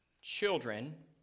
children